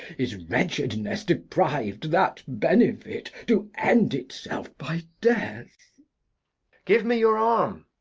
is wretchedness depriv'd that benefit to end it self by death give me your arm.